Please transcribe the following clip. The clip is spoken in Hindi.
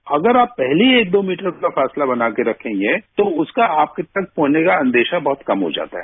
तो अगर आप पहले ही एक दो मीटर का फासला बनाकर के रखेंगे तो उनका आपके पास होने का अंदेशा कम हो जाता है